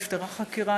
נפתחה חקירה,